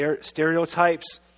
stereotypes